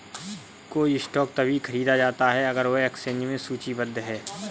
कोई स्टॉक तभी खरीदा जाता है अगर वह एक्सचेंज में सूचीबद्ध है